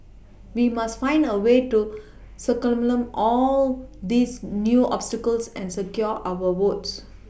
we must find a way to circumvent all these new obstacles and secure our votes